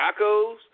tacos